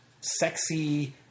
sexy